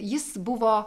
jis buvo